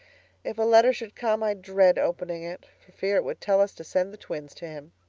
if a letter should come i'd dread opening it, for fear it would tell us to send the twins to him.